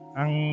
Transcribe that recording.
ang